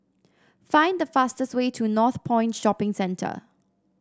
find the fastest way to Northpoint Shopping Center